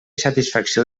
satisfacció